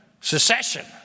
secession